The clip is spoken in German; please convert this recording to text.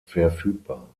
verfügbar